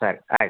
ಸರಿ ಆಯ್ತು